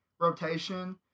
rotation